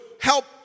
help